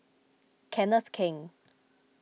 Kenneth Keng